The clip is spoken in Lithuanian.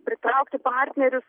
pritraukti partnerius